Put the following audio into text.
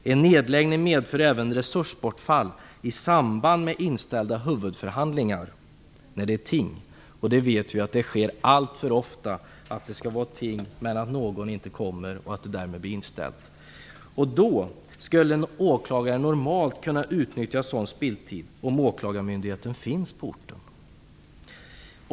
En nedläggning medför även resursbortfall i samband med inställda huvudförhandlingar i tingsrätten. Vi vet ju att det alltför ofta förekommer vid ting att någon inte kommer och att målet därmed blir inställt. Normalt kan åklagaren utnyttja sådan spilltid om åklagarmyndigheten finns på orten.